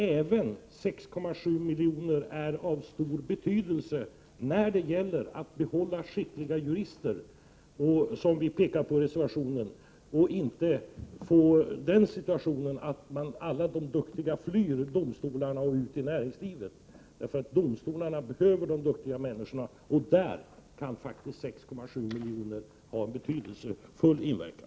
Även 6,7 miljoner har därför stor betydelse när det gäller att behålla skickliga jurister. Som vi pekar på i reservationen, kan den situationen uppstå att alla de duktiga flyr domstolarna och går ut i näringslivet. Domstolarna behöver de duktiga människorna, och då kan 6,7 miljoner har en betydelsefull inverkan.